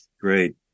Great